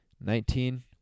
Nineteen